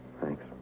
Thanks